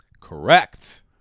correct